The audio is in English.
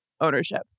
ownership